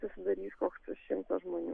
susidarys koks šimtas žmonių